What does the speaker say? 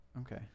Okay